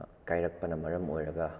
ꯀꯥꯏꯔꯛꯄꯅ ꯃꯔꯝ ꯑꯣꯏꯔꯒ